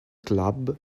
club